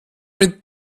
mit